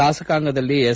ಶಾಸಕಾಂಗದಲ್ಲಿ S